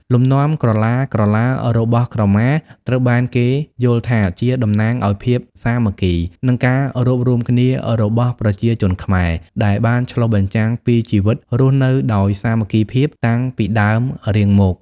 លំនាំក្រឡាៗរបស់ក្រមាត្រូវបានគេយល់ថាជាតំណាងឱ្យភាពសាមគ្គី និងការរួបរួមគ្នារបស់ប្រជាជនខ្មែរ ដែលបានឆ្លុះបញ្ចាំងពីជីវិតរស់នៅដោយសាមគ្គីភាពតាំងពីដើមរៀងមក។